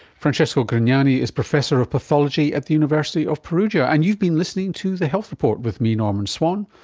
francesco grignani is professor of pathology at the university of perugia. and you've been listening to the health report with me, norman swan.